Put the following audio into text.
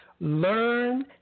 Learn